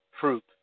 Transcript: fruit